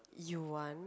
you want